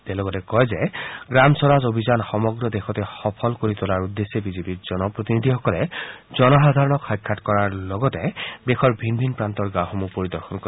তেওঁ লগতে কয় যে গ্ৰাম স্বৰাজ অভিযান সমগ্ৰ দেশতে সফল কৰি তোলাৰ উদ্দেশ্যে বিজেপিৰ জনপ্ৰতিনিধিসকলে জনসাধাৰণক সাক্ষাৎ কৰাৰ লগতে দেশৰ ভিন ভিন প্ৰান্তৰ গাওঁ সমূহ পৰিদৰ্শন কৰিব